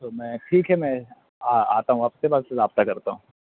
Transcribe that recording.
تو میں ٹھیک ہے میں آ آتا ہوں آپ سے بعد میں رابطہ کرتا ہوں